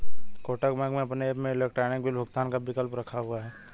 Kotak bank अपने app में electronic bill भुगतान का विकल्प रखा हुआ है